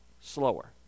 slower